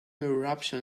eruption